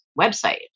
website